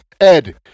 Ed